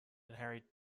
hairy